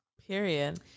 Period